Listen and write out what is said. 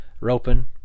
Roping